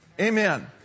Amen